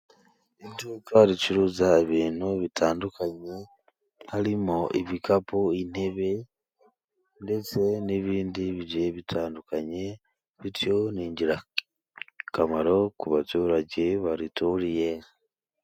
Iduka ricuruza ibintu bitandukanye harimo ibikapu intebe ndetse n'ibindi bigiye bitandukanye bityo ni ingirakamaro ku baturage barituriye.